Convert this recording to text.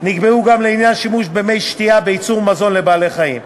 נקבעו גם לעניין שימוש במי שתייה בייצור מזון לבעלי-חיים.